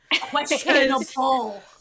Questionable